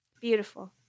Beautiful